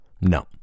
No